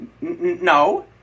No